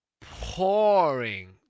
pouring